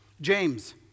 James